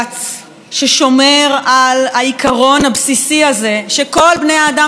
ששומר על העיקרון הבסיסי הזה שכל בני האדם נולדו שווים.